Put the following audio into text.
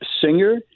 singer